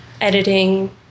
editing